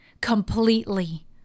completely